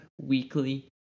weekly